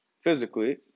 physically